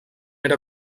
era